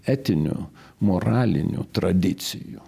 etinių moralinių tradicijų